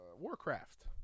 Warcraft